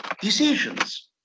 decisions